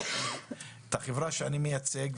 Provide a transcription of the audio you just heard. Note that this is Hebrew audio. אבל את החברה שאני מייצג.